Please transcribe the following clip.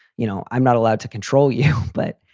you know, i'm not allowed to control you, but.